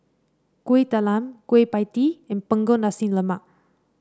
Kuih Talam Kueh Pie Tee and Punggol Nasi Lemak